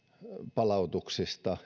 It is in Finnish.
palautuksista